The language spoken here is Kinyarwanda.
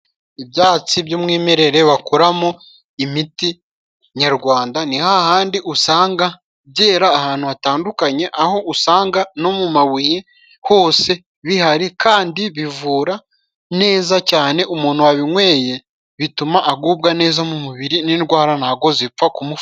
Ibyatsi by'umwimerere bakuramo imiti nyarwanda, ni hahandi usanga byera ahantu hatandukanye, aho usanga no mu mabuye hose bihari, kandi bivura neza cyane, umuntu wabinyweye bituma agubwa neza mu mubiri n'indwara ntago zipfa kumufata.